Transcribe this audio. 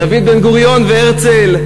דוד בן-גוריון והרצל,